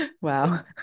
Wow